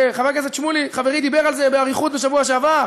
וחבר הכנסת שמולי חברי דיבר על זה באריכות בשבוע שעבר: